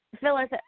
Phyllis